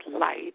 light